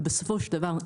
אבל בסופו של דבר,